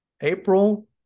April